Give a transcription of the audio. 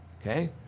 Okay